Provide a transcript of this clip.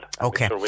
Okay